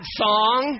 song